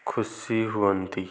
ଖୁସି ହୁଅନ୍ତି